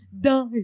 Die